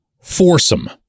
foursome